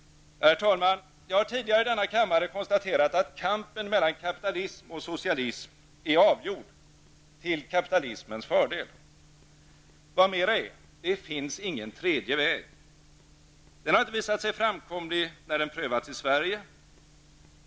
Herr talman! Jag har tidigare i denna kammare konstaterat att kampen mellan kapitalism och socialism är avgjord till kapitalismens fördel. Vad mera är: det finns ingen tredje väg. Den har inte visat sig framkomlig när den prövats i Sverige.